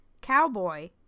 cowboy